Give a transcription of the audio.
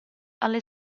alle